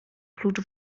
klucz